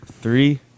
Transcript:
Three